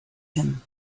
him